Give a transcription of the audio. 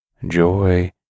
joy